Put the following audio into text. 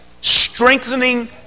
strengthening